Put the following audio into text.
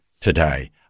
today